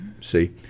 See